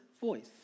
voice